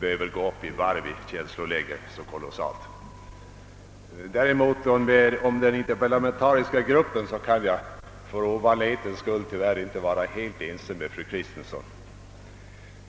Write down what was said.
behöver gå upp i varv i känsloläge så kolossalt. Däremot kan jag vad beträffar den interparlamentariska gruppen för ovanlighetens skull inte vara helt ense med fru Kristensson.